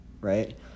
right